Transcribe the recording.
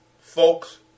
folks